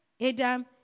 Adam